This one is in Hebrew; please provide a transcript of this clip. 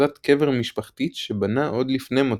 באחוזת קבר משפחתית שבנה עוד לפני מותו,